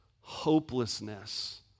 hopelessness